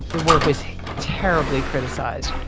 the work was terribly criticized.